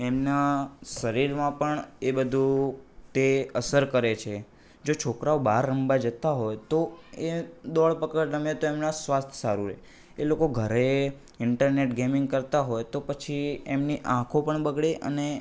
એમના શરીરમાં પણ એ બધું તે અસર કરે છે જે છોકરાઓ બહાર રમવા જતા હોય તો એ દોળ પકડ રમે તો એમના સવાસ્થ સારું રહે એ લોકો ઘરે ઈન્ટરનેટ ગેમિંગ કરતા હોય તો પછી એમની આંખો પણ બગડે અને